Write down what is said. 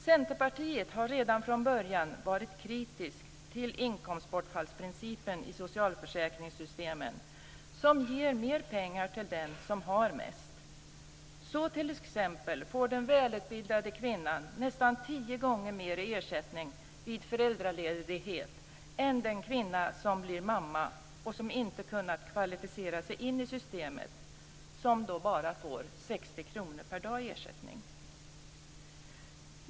Centerpartiet har redan från början varit kritiskt till inkomstbortfallsprincipen i socialförsäkringssystemen som ger mer pengar till den som har mest. Så t.ex. får den välutbildade kvinnan nästan tio gånger mer i ersättning vid föräldraledighet än den kvinna som blir mamma och som inte har kunnat kvalificera sig in i systemet och som då bara får 60 kr per dag i ersättning.